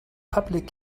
public